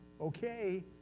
okay